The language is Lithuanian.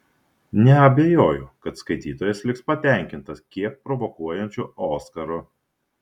neabejoju kad skaitytojas liks patenkintas kiek provokuojančiu oskaru